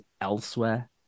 elsewhere